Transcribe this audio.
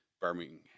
Birmingham